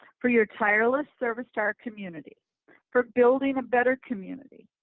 for your tireless service to our community for building better community,